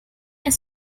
and